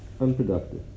Unproductive